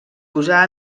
posà